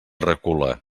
recula